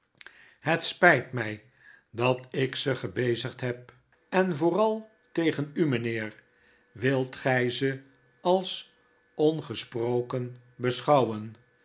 het spijt mij dat ik ze gebezigd heb en vooral tegen u mynheer wilt gy ze als ongesproken beschouwen